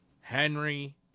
Henry